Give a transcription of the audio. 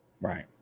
Right